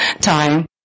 time